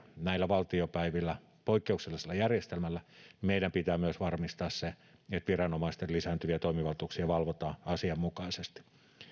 näillä valtiopäivillä poikkeuksellisella järjestelmällä tehdyn lainmuutoksen jälkeen meidän pitää myös varmistaa se että viranomaisten lisääntyviä toimivaltuuksia valvotaan asianmukaisesti